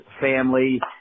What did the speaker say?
family